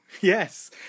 yes